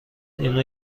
اینو